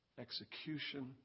execution